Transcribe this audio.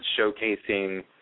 showcasing